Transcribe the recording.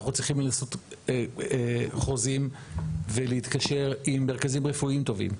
אנחנו צריכים לעשות חוזים ולהתקשר עם מרכזים רפואיים טובים.